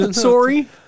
Sorry